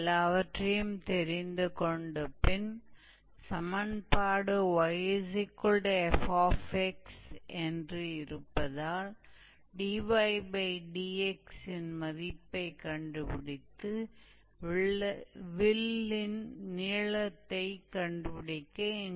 इसे एक निश्चित रूप में सरल बनाना है जो कि हमारी चिंता का विषय नहीं है हम आर्क की लंबाई की गणना कैसे करें यह हमारी चिंता है